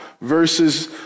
versus